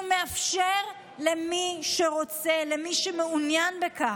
הוא מאפשר למי שרוצה, למי שמעוניין בכך.